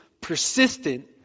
persistent